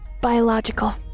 Biological